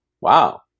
Wow